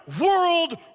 world